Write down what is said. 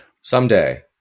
Someday